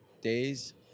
days